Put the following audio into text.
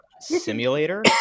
Simulator